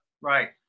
Right